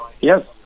Yes